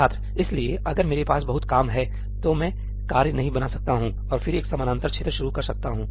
छात्र इसलिए अगर मेरे पास बहुत काम है तो मैं कार्य नहीं बना सकता हूं और फिर एक समानांतर क्षेत्र शुरू कर सकता हूं